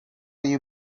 you